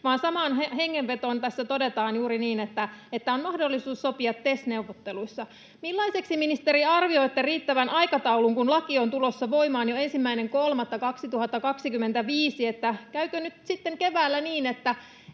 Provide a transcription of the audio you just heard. vaan samaan hengenvetoon tässä todetaan juuri niin, että on mahdollisuus sopia TES-neuvotteluissa. Millaiseksi, ministeri, arvioitte riittävän aikataulun, kun laki on tulossa voimaan jo 1.3.2025? Käykö nyt sitten keväällä niin, että